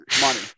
money